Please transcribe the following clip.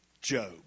Job